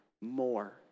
more